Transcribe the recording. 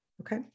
Okay